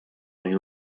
unió